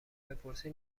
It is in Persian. بپرسی